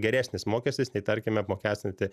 geresnis mokestis nei tarkime apmokestinti